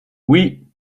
oui